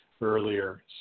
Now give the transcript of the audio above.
earlier